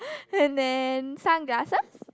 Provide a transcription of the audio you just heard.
and then sunglasses